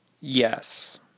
Yes